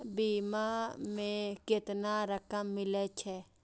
बीमा में केतना रकम मिले छै?